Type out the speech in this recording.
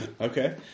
okay